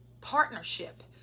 partnership